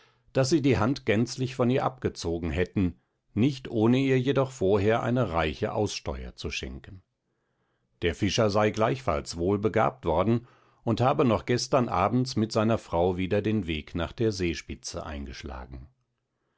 daß sie die hand gänzlich von ihr abgezogen hätten nicht ohne ihr jedoch vorher eine reiche aussteuer zu schenken der fischer sei gleichfalls wohl begabt worden und habe noch gestern abends mit seiner frau wieder den weg nach der seespitze eingeschlagen